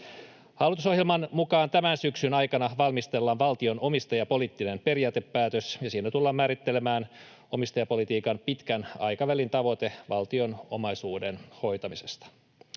Hallitusohjelman mukaan tämän syksyn aikana valmistellaan valtion omistajapoliittinen periaatepäätös. Siinä tullaan määrittelemään omistajapolitiikan pitkän aikavälin tavoite valtion omaisuuden hoitamisesta.